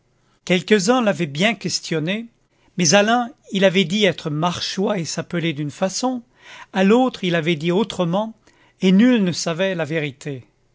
quelques-uns l'avaient bien questionné mais à l'un il avait dit être marchois et s'appeler d'une façon à l'autre il avait dit autrement et nul ne savait la vérité